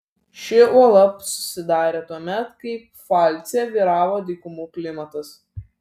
ši uola susidarė tuomet kai pfalce vyravo dykumų klimatas